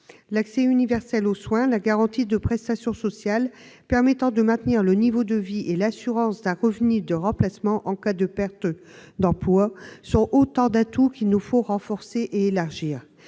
L'accès universel aux soins, la garantie de prestations sociales permettant de maintenir le niveau de vie et l'assurance d'un revenu de remplacement en cas de perte d'emploi sont autant d'atouts qu'il nous faut renforcer et élargir.